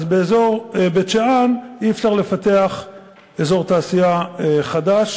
אז באזור בית-שאן אי-אפשר לפתח אזור תעשייה חדש.